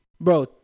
Bro